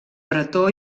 bretó